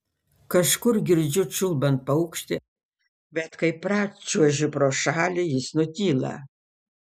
kažkur girdžiu čiulbant paukštį bet kai pračiuožiu pro šalį jis nutyla